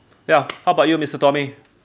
ya how about you mister tommy